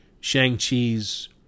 Shang-Chi's